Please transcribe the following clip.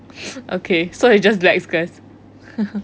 okay so it's just all black squares